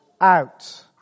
out